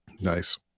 Nice